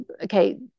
okay